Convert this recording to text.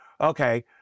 Okay